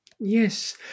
Yes